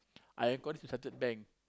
I call this to Chartered Bank